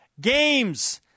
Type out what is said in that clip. games